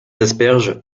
asperges